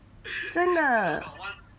真的